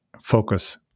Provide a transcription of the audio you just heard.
focus